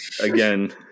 Again